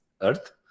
Earth